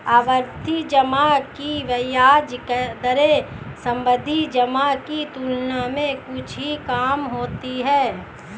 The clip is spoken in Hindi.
आवर्ती जमा की ब्याज दरें सावधि जमा की तुलना में कुछ ही कम होती हैं